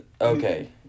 Okay